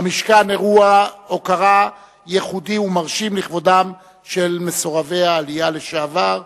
אירוע הוקרה ייחודי ומרשים לכבודם של מסורבי העלייה לשעבר,